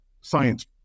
science